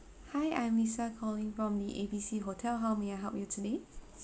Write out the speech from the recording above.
hi I'm lisa calling from the A B C hotel how may I help you today